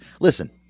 Listen